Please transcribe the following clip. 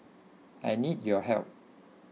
I need your help